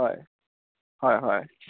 হয় হয় হয়